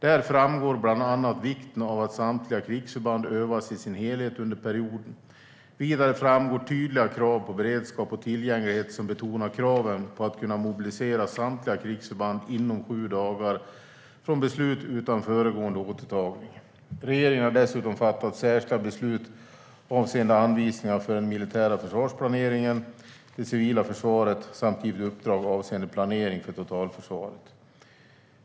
Där framgår bland annat vikten av att samtliga krigsförband övas i sin helhet under perioden. Vidare framgår tydliga krav på beredskap och tillgänglighet för att kunna mobilisera samtliga krigsförband inom sju dagar från beslut utan föregående återtagning. Regeringen har dessutom fattat särskilda beslut avseende anvisningar för den militära försvarsplaneringen och det civila försvaret samt givit uppdrag avseende planering för totalförsvaret.